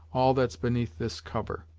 all that's beneath this cover.